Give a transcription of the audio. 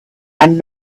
and